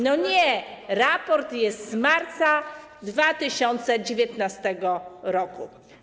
No nie, raport jest z marca 2019 r.